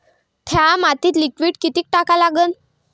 थ्या मातीत लिक्विड कोनचं टाका लागन?